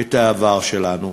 את העבר שלנו.